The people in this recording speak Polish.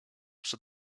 przed